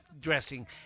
dressing